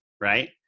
right